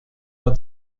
war